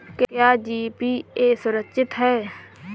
क्या जी.पी.ए सुरक्षित है?